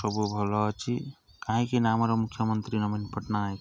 ସବୁ ଭଲ ଅଛି କାହିଁକି ନା ଆମର ମୁଖ୍ୟମନ୍ତ୍ରୀ ନବୀନ ପଟ୍ଟନାୟକ